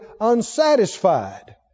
unsatisfied